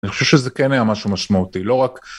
אני חושב שזה כן היה משהו משמעותי, לא רק...